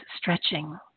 stretching